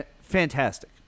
fantastic